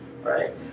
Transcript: right